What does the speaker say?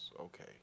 Okay